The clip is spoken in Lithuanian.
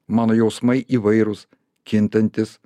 mano jausmai įvairūs kintantys